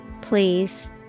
Please